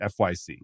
fyc